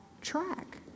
track